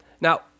Now